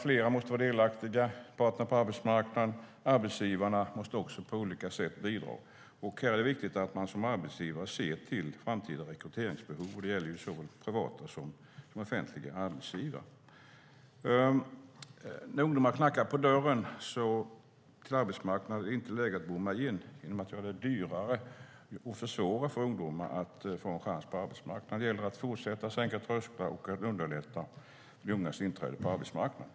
Fler måste vara delaktiga. Parterna på arbetsmarknaden och arbetsgivarna måste på olika sätt bidra. Här är det viktigt att man som arbetsgivare ser till framtida rekryteringsbehov. Det gäller såväl privata som offentliga arbetsgivare. När ungdomar knackar på dörren till arbetsmarknaden är det inte läge att bomma igen genom att göra det dyrare och försvåra för ungdomar att få en chans på arbetsmarknaden. Det gäller att fortsätta att sänka trösklar och att underlätta de ungas inträde på arbetsmarknaden.